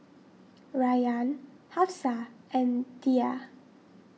Rayyan Hafsa and Dhia